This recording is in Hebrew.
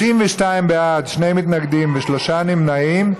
92 בעד, שני מתנגדים ושלושה נמנעים.